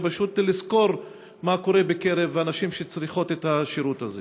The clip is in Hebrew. ופשוט לזכור מה קורה בקרב הנשים שצריכות את השירות הזה.